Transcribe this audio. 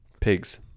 Pigs